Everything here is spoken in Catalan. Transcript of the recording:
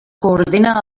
coordina